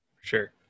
Sure